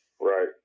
right